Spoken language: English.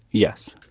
yes.